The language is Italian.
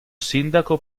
sindaco